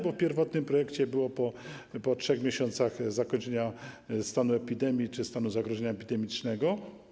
Bo w pierwotnym projekcie było po 3 miesiącach zakończenia stanu epidemii czy stanu zagrożenia epidemicznego.